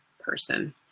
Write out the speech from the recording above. person